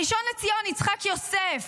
הראשון לציון יצחק יוסף,